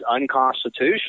unconstitutional